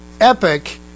Epic